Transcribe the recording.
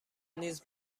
نیز